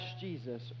Jesus